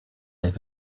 have